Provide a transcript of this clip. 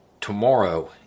Tomorrow